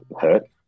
hurt